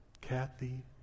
Kathy